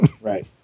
Right